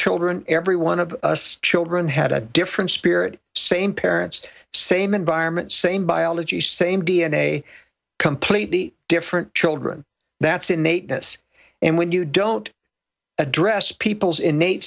children every one of us children had a different spirit same parents same environment same biology same d n a completely different children that's innate yes and when you don't address people's innate